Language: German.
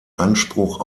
anspruch